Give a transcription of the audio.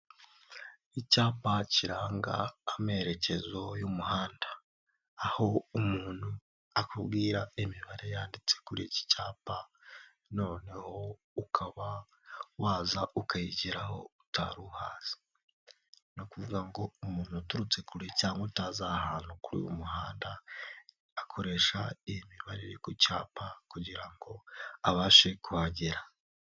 Icyapa kiranga amerekezo y'umuhanda, aho umuntu akubwira imibare yanditse kuri iki cyapa, noneho ukaba waza ukayigeraho utaruhaza, ni ukuvuga ngo umuntu uturutse kure cyangwa utazi ahantu ku umuhanda akoresha iyi imibare ku cyapa kugira ngo abashe kuhagera.